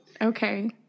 Okay